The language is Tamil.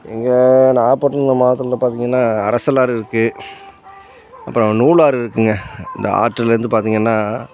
எங்கள் நாகப்பட்டினம் மாவட்டத்தில் பார்த்தீங்கன்னா அரசலாறு இருக்குது அப்புறம் நூலாறு இருக்குதுங்க இந்த ஆற்றில் இருந்து பார்த்திங்கனா